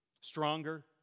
Stronger